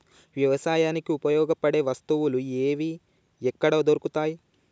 వ్యవసాయానికి ఉపయోగపడే వస్తువులు ఏవి ఎక్కడ దొరుకుతాయి?